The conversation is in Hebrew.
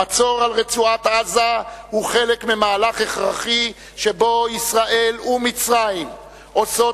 המצור על רצועת-עזה הוא חלק ממהלך הכרחי שבו ישראל ומצרים עושות